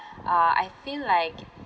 uh I feel like